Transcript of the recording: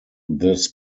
this